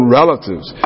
relatives